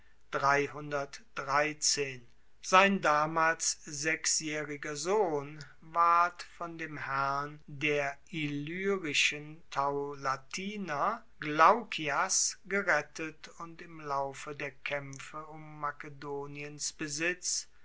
sein damals sechsjaehriger sohn ward von dem herrn der illyrischen taulantier glaukias gerettet und im laufe der kaempfe um makedoniens besitz